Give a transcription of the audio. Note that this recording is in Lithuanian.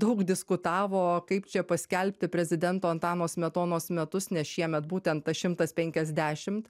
daug diskutavo kaip čia paskelbti prezidento antano smetonos metus nes šiemet būtent tas šimtas penkiasdešimt